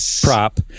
prop